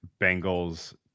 Bengals